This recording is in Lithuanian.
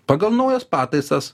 pagal naujas pataisas